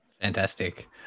Fantastic